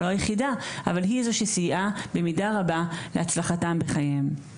אמנם היא לא היחידה אבל היא זו שסייעה במידה רבה להצלחתם בחייהם.